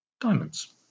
diamonds